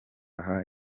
aha